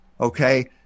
okay